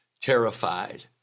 terrified